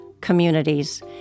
communities